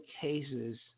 cases